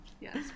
Yes